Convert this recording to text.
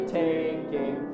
taking